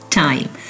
time